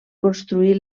construir